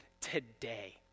today